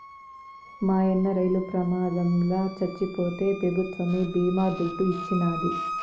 మాయన్న రైలు ప్రమాదంల చచ్చిపోతే పెభుత్వమే బీమా దుడ్డు ఇచ్చినాది